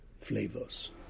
flavors